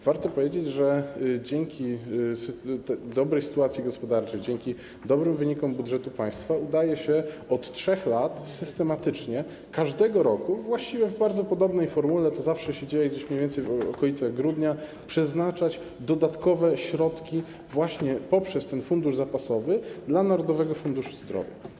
Warto powiedzieć, że dzięki dobrej sytuacji gospodarczej, dzięki dobrym wynikom budżetu państwa udaje się systematycznie od 3 lat każdego roku właściwie w bardzo podobnej formule - to zawsze dzieje się mniej więcej w okolicach grudnia - przeznaczać dodatkowe środki właśnie poprzez ten fundusz zapasowy na Narodowy Fundusz Zdrowia.